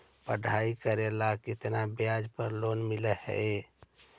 पढाई करेला केतना ब्याज पर लोन मिल हइ?